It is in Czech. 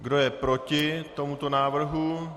Kdo je proti tomuto návrhu?